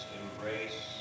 embrace